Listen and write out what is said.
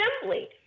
assembly